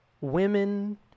women